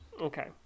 Okay